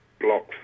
blocks